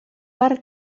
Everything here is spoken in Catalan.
per